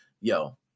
Yo